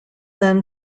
then